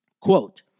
Quote